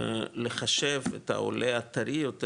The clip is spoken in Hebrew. לחשב את העולה הטרי יותר,